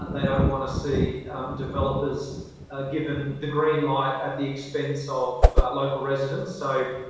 they don't want to see developers given the green light at the expense of local residents. so,